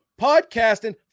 Podcasting